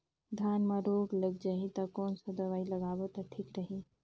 धान म रोग लग जाही ता कोन सा दवाई लगाबो ता ठीक रही?